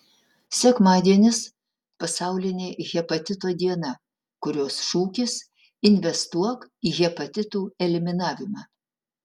sekmadienis pasaulinė hepatito diena kurios šūkis investuok į hepatitų eliminavimą